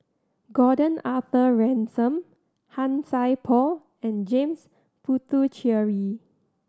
Gordon Arthur Ransome Han Sai Por and James Puthucheary